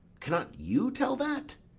cannot you tell that?